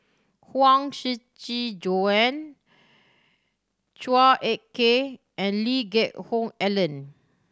Huang Shiqi Joan Chua Ek Kay and Lee Geck Hoon Ellen